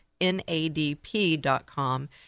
NADP.com